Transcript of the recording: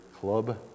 club